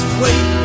wait